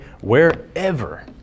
wherever